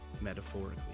metaphorically